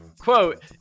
quote